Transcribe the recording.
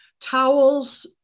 towels